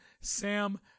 Sam